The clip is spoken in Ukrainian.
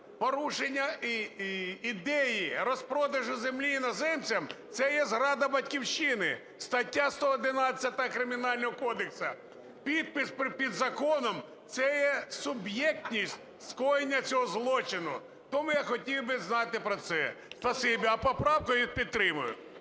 порушення ідеї розпродажу землі іноземцям це є зрада Батьківщині, стаття 111 Кримінального кодексу. Підпис під законом це є суб'єктність скоєння цього злочину. Тому я хотів би знати про це. Спасибі. А поправку – підтримати.